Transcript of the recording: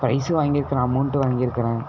price வாங்கியிருக்குறேன் amount வாங்கியிருக்கிறேன்